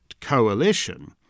coalition